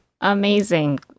amazing